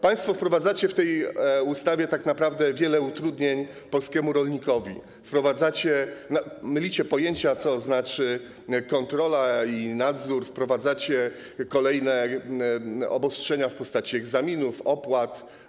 Państwo wprowadzacie w tej ustawie tak naprawdę wiele utrudnień dla polskiego rolnika, mylicie pojęcia, co znaczy kontrola i nadzór, wprowadzacie kolejne obostrzenia w postaci egzaminów, opłat.